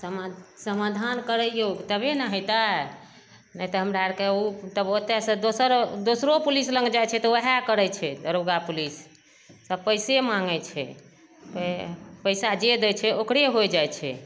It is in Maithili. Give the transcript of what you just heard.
समा समाधान करैयौ तबे ने हेतै नहि तऽ हमरा आरके ओ तब ओतए सँ दोसर दोसरो पुलिस लग जाइ छै तऽ ओहए करै छै दरोगा पुलिस सब पैसे माॅंगै छै पैसा जे दै छै ओकरे होइ जाइ छै